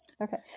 okay